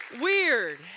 weird